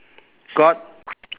got